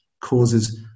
causes